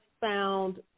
found